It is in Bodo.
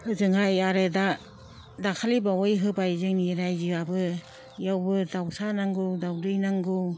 जोंहा आरो दा दाखालिबावै होबाय जोंनि रायजोआबो बेयावबो दाउसा नांगौ दावदै नांगौ